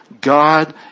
God